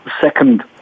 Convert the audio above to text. second